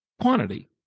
quantity